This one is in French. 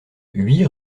huit